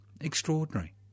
extraordinary